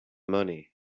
money